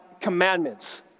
commandments